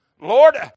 Lord